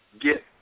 Get